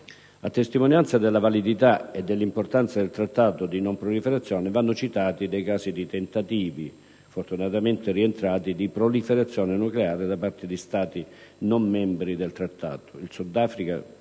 A testimonianza della validità e dell'importanza del Trattato di non proliferazione vanno citati dei casi di tentativi, fortunatamente rientrati, di proliferazione nucleare da parte di Stati non membri del Trattato: il Sud Africa